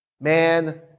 Man